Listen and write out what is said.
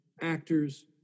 actors